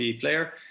player